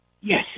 Yes